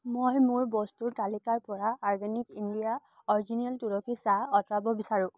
মই মোৰ বস্তুৰ তালিকাৰ পৰা অৰ্গেনিক ইণ্ডিয়া অৰিজিনেল তুলসী চাহ আঁতৰাব বিচাৰোঁ